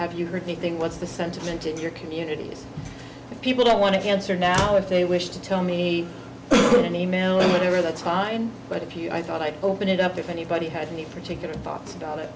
have you heard anything what's the sentiment in your communities that people don't want to answer now if they wish to tell me an email with their that's fine but if you i thought i'd open it up if anybody had any particular thoughts about it